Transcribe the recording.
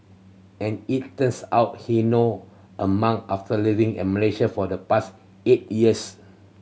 and it turns out he now a monk after living in Malaysia for the past eight years